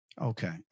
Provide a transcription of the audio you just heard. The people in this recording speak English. Okay